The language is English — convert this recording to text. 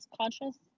conscious